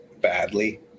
badly